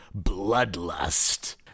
Bloodlust